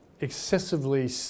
excessively